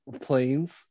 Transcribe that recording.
planes